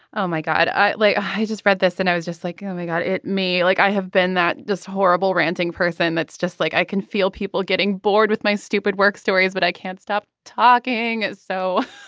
oh my god i. like i just read this and i was just like oh my god it me like i have been that this horrible ranting person that's just like i can feel people getting bored with my stupid work stories but i can't stop talking. so